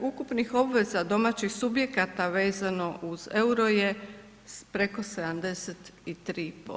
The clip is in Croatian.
ukupnih obveza domaćih subjekata vezano uz euro je preko 73%